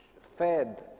fed